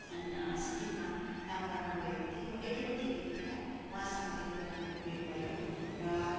अन् सिक्किममा काम गर्न गएको थिएँ म एक्लो थिएँ त्यतिबेला उहाँसँग त्यति बेला मेरो भेट भयो र